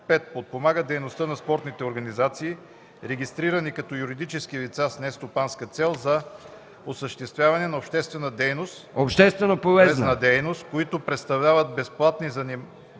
Подпомагат дейността на спортните организации, регистрирани като юридически лица с нестопанска цел за осъществяване на общественополезна дейност, които предоставят безплатни занимания